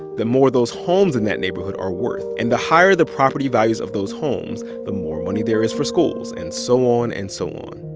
the more those homes in that neighborhood are worth. and the higher the property values of those homes, the more money there is for schools. and so on and so on.